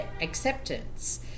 acceptance